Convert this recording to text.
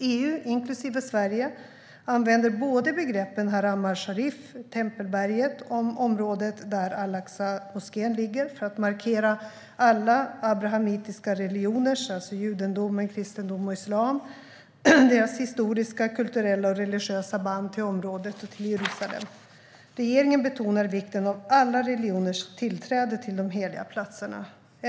EU, inklusive Sverige, använder både begreppen Haram al-Sharif/tempelberget om området där al-Aqsa-moskén ligger för att markera alla abrahamitiska religioners, alltså judendomens, kristendomens och islams, historiska, kulturella och religiösa band till området och till Jerusalem. Regeringen betonar vikten av alla religioners tillträde till de heliga platserna.